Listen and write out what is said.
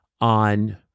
on—